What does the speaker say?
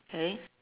hey